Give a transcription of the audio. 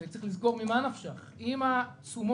הרי צריך לזכור ממה --- אם התשומות,